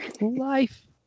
life